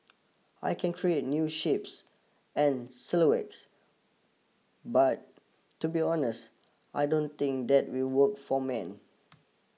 I can create new shapes and silhouettes but to be honest I don't think that will work for men